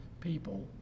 people